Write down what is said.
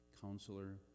Counselor